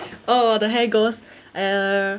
orh the hair goals err